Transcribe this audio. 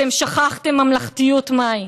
אתם שכחתם ממלכתיות מהי.